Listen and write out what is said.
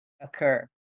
occur